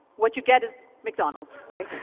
what you get is mcdonald's right?